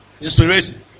Inspiration